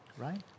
Right